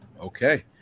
Okay